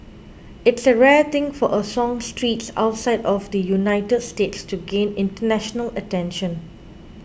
it's a rare thing for a songstress outside of the United States to gain international attention